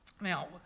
now